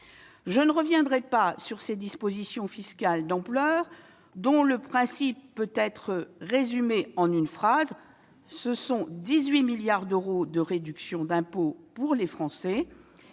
Je ne reviendrai pas sur ces dispositions fiscales d'ampleur, dont le principe peut être résumé en une formule : 18 milliards d'euros de réduction d'impôts pour les Français et